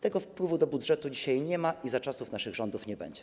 Tego wpływu do budżetu dzisiaj nie ma i za czasów naszych rządów nie będzie.